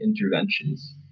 interventions